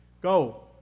Go